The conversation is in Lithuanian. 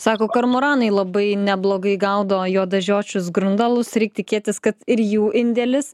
sako kormoranai labai neblogai gaudo juodažiočius grundalus reik tikėtis kad ir jų indėlis